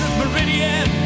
meridian